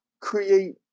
create